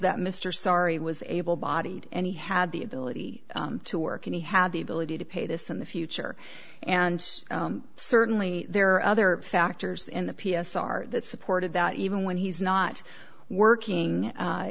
that mr sari was able bodied and he had the ability to work and he had the ability to pay this in the future and certainly there are other factors in the p s r that supported that even when he's not working